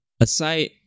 Aside